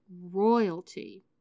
royalty